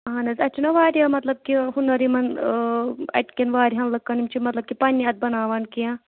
اہن حظ اَتہِ چھُنہ واریاہ مطلب کہ ہُنَر یِمَن اَتہِ کٮ۪ن وارِیہَن لُکَن یِم چھِ مطلب کہ یِم چھِ پنٛنہِ اَتھٕ بَناوان کینٛہہ